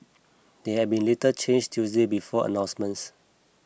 they had been little changed Tuesday before announcements